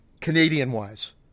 Canadian-wise